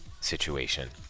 situation